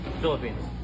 Philippines